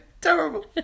Terrible